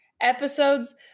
episodes